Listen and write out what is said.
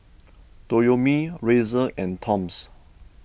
Toyomi Razer and Toms